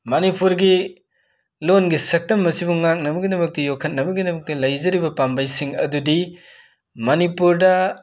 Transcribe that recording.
ꯃꯅꯤꯄꯨꯔꯒꯤ ꯂꯣꯟꯒꯤ ꯁꯛꯇꯝ ꯑꯁꯤꯕꯨ ꯉꯥꯛꯅꯕꯒꯤꯗꯃꯛ ꯌꯣꯈꯠꯅꯕꯒꯤꯗꯃꯛ ꯂꯩꯖꯔꯤꯕ ꯄꯥꯝꯕꯩꯁꯤꯡ ꯑꯗꯨꯗꯤ ꯃꯅꯤꯄꯨꯔꯗ